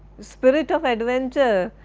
spirit of adventure,